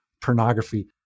pornography